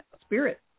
spirit